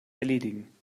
erledigen